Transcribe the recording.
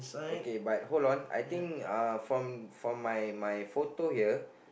okay but hold I think uh from my from my my photo here